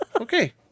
Okay